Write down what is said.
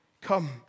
Come